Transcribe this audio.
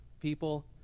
people